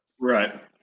Right